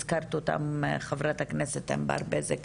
הזכרת אותה חה"כ ענבר בזק,